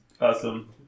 Awesome